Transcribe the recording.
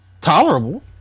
tolerable